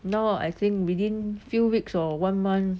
now I think within few weeks or one month